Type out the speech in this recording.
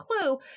clue